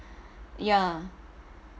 ya